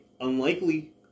unlikely